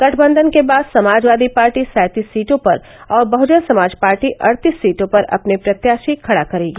गठबंधन के बाद समाजवादी पार्टी सैंतीस सीटों पर और बहुजन समाज पार्टी अड़तिस सीटों पर अपने प्रत्याषी खड़ा करेगी